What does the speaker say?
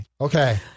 Okay